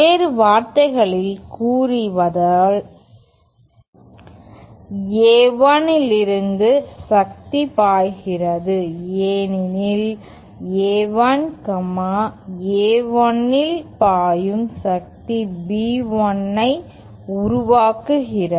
வேறு வார்த்தைகளில் கூறுவதானால் A1 இலிருந்து சக்தி பாய்கிறது ஏனெனில் A1 A1 இல் பாயும் சக்தி B1 ஐ உருவாக்குகிறது